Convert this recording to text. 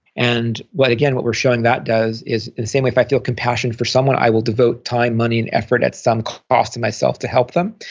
and what again what we're showing that does is the same way if i feel compassion for someone, i will devote time, money, and effort at some cost to myself to help them.